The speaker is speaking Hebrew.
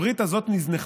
הברית הזו נזנחה.